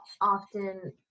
often